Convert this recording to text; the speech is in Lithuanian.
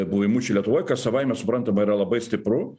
buvimu čia lietuvoj kas savaime suprantama yra labai stipru